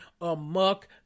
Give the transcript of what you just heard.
amok